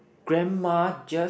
grandma just